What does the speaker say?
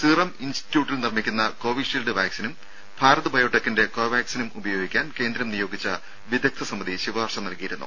serum ഇൻസ്റ്റിറ്റ്യൂട്ടിൽ നിർമ്മിക്കുന്ന Covishield വാക്സിനും ഭാരത് ബയോടെക്കിന്റെ കോവാക്സിനും ഉപയോഗിക്കാൻ കേന്ദ്രം നിയോഗിച്ച വിദഗ്ദ്ധ സമിതി ശുപാർശ നൽകിയിരുന്നു